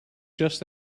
just